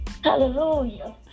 Hallelujah